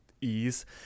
ease